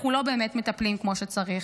אנחנו לא באמת מטפלים כמו שצריך.